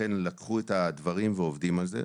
לכן לקחו את הדברים ועובדים על זה.